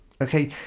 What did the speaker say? okay